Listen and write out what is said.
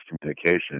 communication